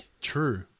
True